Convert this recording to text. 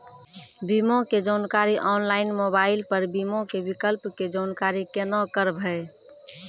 बीमा के जानकारी ऑनलाइन मोबाइल पर बीमा के विकल्प के जानकारी केना करभै?